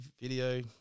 video